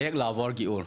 איך לעבור גיור.